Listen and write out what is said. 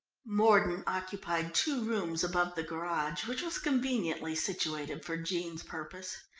mordon occupied two rooms above the garage, which was conveniently situated for jean's purpose.